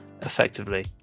effectively